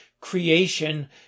creation